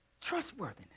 Trustworthiness